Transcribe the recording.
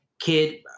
kid